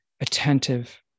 attentive